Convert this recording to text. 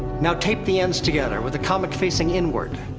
now, tape the ends together, with the comic facing inward.